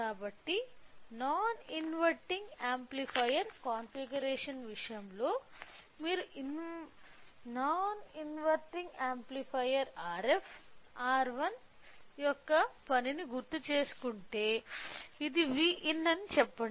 కాబట్టి non inverting amplifier configuration విషయంలో మీరు non inverting amplifier Rf R1 యొక్క పనిని గుర్తుచేసుకుంటే ఇది Vin అని చెప్పండి